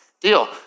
deal